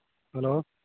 hello